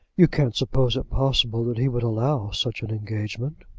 you can't suppose it possible that he would allow such an engagement?